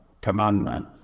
Commandment